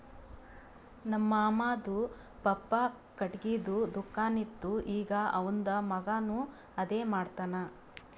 ನಮ್ ಮಾಮಾದು ಪಪ್ಪಾ ಖಟ್ಗಿದು ದುಕಾನ್ ಇತ್ತು ಈಗ್ ಅವಂದ್ ಮಗಾನು ಅದೇ ಮಾಡ್ತಾನ್